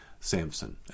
Samson